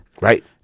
Right